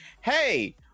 hey